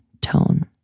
tone